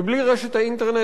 ובלי רשת האינטרנט,